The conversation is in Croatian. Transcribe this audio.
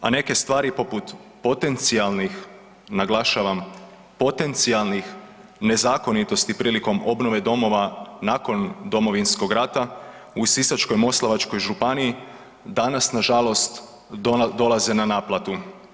A neke stvari poput potencijalnih naglašavam potencijalnih nezakonitosti prilikom obnove domova nakon Domovinskog rata u Sisačko-moslavačkoj županiji danas na žalost dolaze na naplatu.